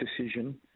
decision